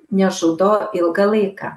nežudo ilgą laiką